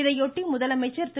இதையொட்டி முதலமைச்சர் திரு